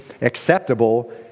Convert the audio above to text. acceptable